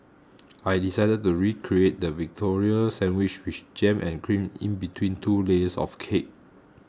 I decided to recreate the Victoria Sandwich with jam and cream in between two layers of cake